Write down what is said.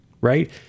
right